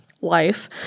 life